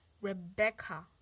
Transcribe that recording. Rebecca